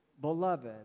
beloved